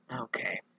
Okay